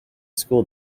school